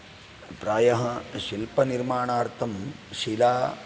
प्रायः शिल्पनिर्माणार्थं शिला